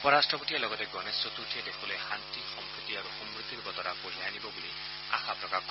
উপ ৰাষ্টপতিয়ে লগতে গণেশ চতুৰ্থীয়ে দেশলৈ শান্তি সম্প্ৰীতি আৰু সমূদ্ধিৰ বতৰা কঢ়িয়াই আনিব বুলি আশা প্ৰকাশ কৰে